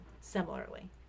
similarly